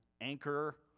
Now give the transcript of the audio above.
anchor